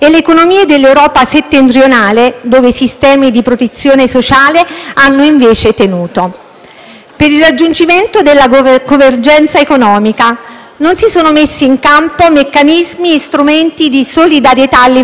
Per il raggiungimento della convergenza economica non si sono messi in campo meccanismi e strumenti di solidarietà a livello europeo, determinando l'esplosione del fenomeno del *dumping* sociale,